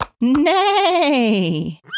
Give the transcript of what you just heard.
Nay